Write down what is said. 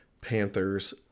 panthers